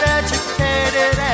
educated